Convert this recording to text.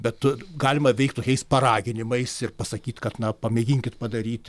bet galima veikt tokiais paraginimais ir pasakyt kad na pamėginkit padaryti